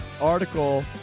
article